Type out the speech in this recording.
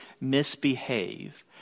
misbehave